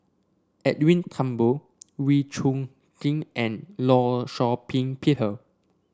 Edwin Thumboo Wee Chong Jin and Law Shau Ping Peter